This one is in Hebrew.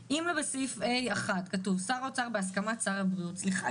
אם בסעיף ה(1) כתוב: שר האוצר בהסכמת שר הבריאות סליחה,